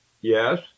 yes